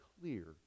clear